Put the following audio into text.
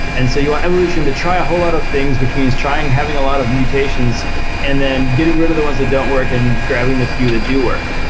and so you want evolution to try a whole lot of things, which means trying having a lot of mutations and then getting rid of the ones that don't work and grabbing the few that do work.